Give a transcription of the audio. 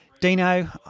Dino